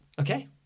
Okay